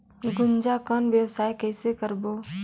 गुनजा कौन व्यवसाय कइसे करबो?